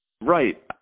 Right